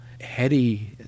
heady